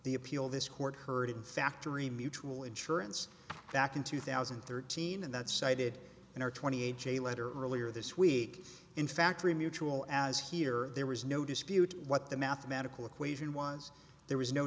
the appeal this court heard in factory mutual insurance back in two thousand and thirteen and that cited in our twenty a j letter earlier this week in factory mutual as here there was no dispute what the mathematical equation was there was no